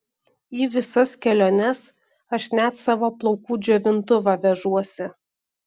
į visas keliones aš net savo plaukų džiovintuvą vežuosi